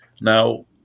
Now